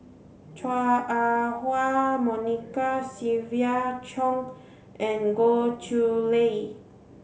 Chua Ah Huwa Monica Siva Choy and Goh Chiew Lye